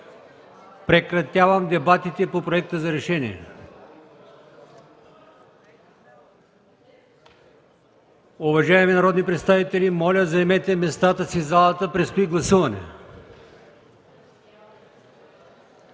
Прекратявам дебатите по Проекта за решение. Уважаеми народни представители, моля заемете местата си в залата, предстои гласуване.